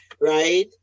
right